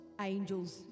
angels